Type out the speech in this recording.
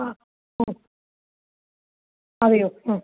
ആ ആ അതെയോ ആ